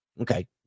Okay